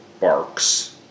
Barks